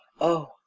Oh